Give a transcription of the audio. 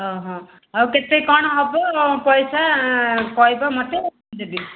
ହଁ ହଁ ଆଉ କେତେ କ'ଣ ହେବ ପଇସା କହିବ ମୋତେ ମୁଁ ଦେବି